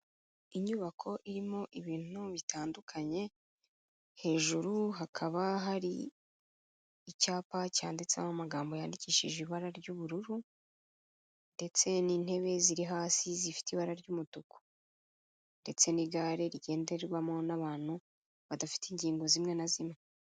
Inyubako irimo ibintu bitandukanye, hejuru hakaba hari icyapa cyanditsemo amagambo yandikishije ibara ry'ubururu ndetse n'intebe ziri hasi zifite ibara ry'umutuku ndetse n'igare rigenderwamo n'abantu badafite ingingo zimwe na zimwe.